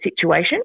situation